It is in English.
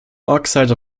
oxides